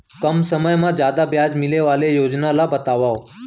कम समय मा जादा ब्याज मिले वाले योजना ला बतावव